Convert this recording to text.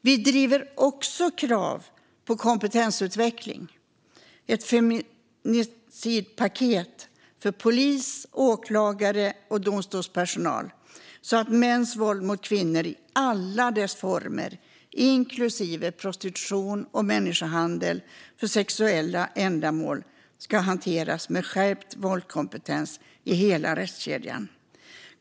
Vi driver också krav på kompetensutveckling - ett femicidpaket - för polis, åklagare och domstolspersonal, så att mäns våld mot kvinnor i alla dess former, inklusive prostitution och människohandel för sexuella ändamål, ska hanteras med skärpt våldskompetens i hela rättskedjan.